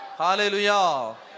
hallelujah